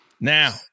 Now